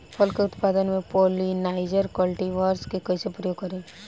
फल के उत्पादन मे पॉलिनाइजर कल्टीवर्स के कइसे प्रयोग करी?